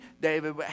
David